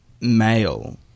male